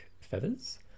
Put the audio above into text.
feathers